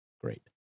Great